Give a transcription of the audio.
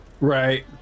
right